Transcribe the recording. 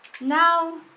now